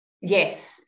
Yes